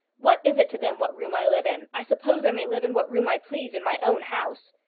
what is it to them what room i live in? i suppose i may live in what room i please in my own house.